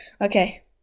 Okay